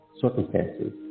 circumstances